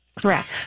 Correct